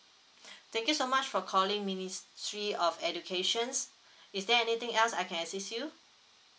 thank you so much for calling ministry of educations is there anything else I can assist you